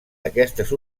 aquestes